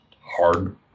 hard